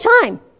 time